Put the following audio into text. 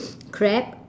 crab